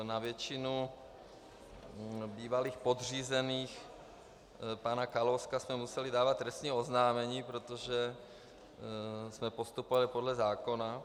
Na většinu bývalých podřízených pana Kalouska jsme museli dávat trestní oznámení, protože jsme postupovali podle zákona.